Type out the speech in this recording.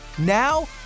Now